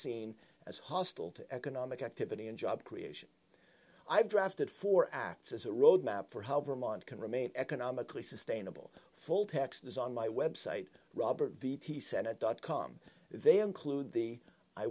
seen as hostile to economic activity and job creation i drafted for acts as a roadmap for how vermont can remain economically sustainable full text is on my website robert v t senate dot com they include the i